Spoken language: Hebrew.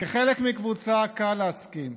וכחלק מקבוצה קל להסכים.